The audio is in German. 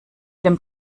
dem